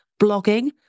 blogging